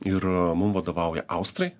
ir mum vadovauja austrai